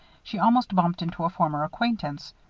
she almost bumped into a former acquaintance.